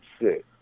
six